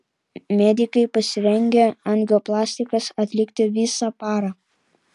medikai pasirengę angioplastikas atlikti visą parą